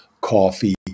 coffee